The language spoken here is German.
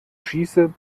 schieße